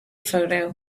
photo